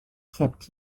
kept